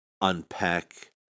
unpack